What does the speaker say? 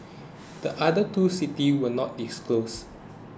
the other two cities were not disclosed